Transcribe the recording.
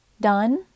done